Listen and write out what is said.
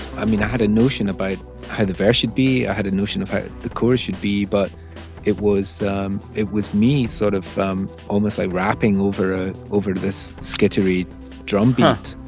i mean, i had a notion about how the verse should be. i had a notion of how the chorus should be. but it was um it was me sort of um almost like rapping over ah over this skittery drumbeat.